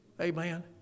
Amen